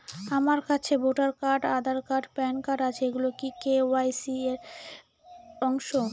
আমার কাছে voter card Aadhaar card PAN card আছে এগুলো কি কে.ওয়াই.সি র অংশ?